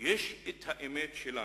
יש האמת שלנו,